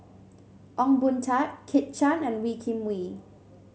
Ong Boon Tat Kit Chan and Wee Kim Wee